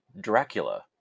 Dracula